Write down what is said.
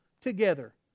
together